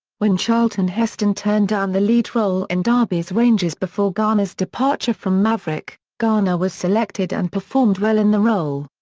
when charlton heston turned down the lead role in darby's rangers before garner's departure from maverick, garner was selected and performed well in the role.